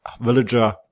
Villager